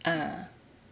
ah